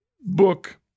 book